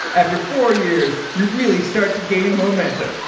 after four years, you really start to gain momentum.